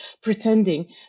pretending